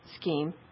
scheme